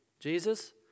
Jesus